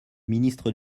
ministre